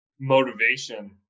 motivation